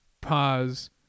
pause